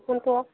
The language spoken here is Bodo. बेखौनोथ'